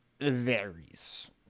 varies